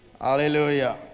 Hallelujah